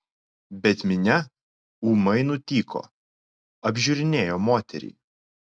bet minia ūmai nutyko apžiūrinėjo moterį